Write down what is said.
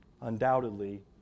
undoubtedly